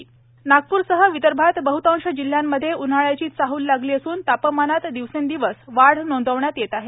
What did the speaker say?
नागप्र उष्णता नागप्रसह विदर्भात बहतांश जिल्ह्यांमध्ये उन्हाळ्याची चाहल लागली असून तापमानात दिवसेंदिवस वाढ नोंदविण्यात येत आहे